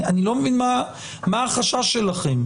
אני לא מבין מה החשש שלכם.